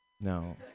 No